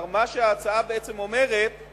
מה שההצעה בעצם אומרת הוא